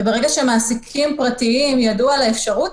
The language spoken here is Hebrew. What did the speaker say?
וברגע שמעסיקים פרטיים ידעו על האפשרות